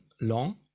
long